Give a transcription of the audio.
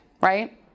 right